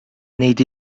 neid